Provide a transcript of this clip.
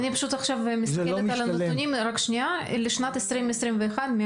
אני פשוט מסתכלת עכשיו על הנתונים לשנת 2021 מהממ"מ.